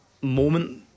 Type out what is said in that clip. moment